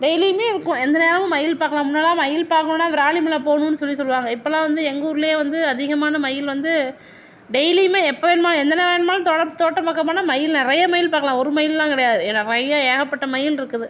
டெய்லியுமே இருக்கும் எந்த நேரமும் மயில் பார்க்கலாம் முன்னலாம் மயில் பார்க்கணுன்னா விராலிமலை போகணும் சொல்லி சொல்லுவாங்க இப்போலாம் வந்து எங்கூர்ல வந்து அதிகமான மயில் வந்து டெய்லியுமே எப்போ வேணுமோ எந்த நேரம் வேணுமாலும் தோட்டம் தோட்டம் பக்கம் போனா மயில் நிறையா மயில் பார்க்கலாம் ஒரு மயில்லாம் கிடையாது நிறையா ஏகப்பட்ட மயில் இருக்குது